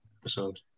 episode